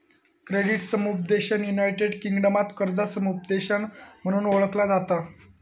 credit समुपदेशन united किंगडमात कर्जा समुपदेशन म्हणून ओळखला जाता